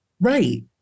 Right